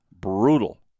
brutal